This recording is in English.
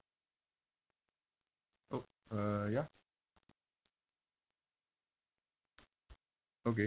op~ uh ya okay